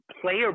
player